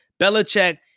Belichick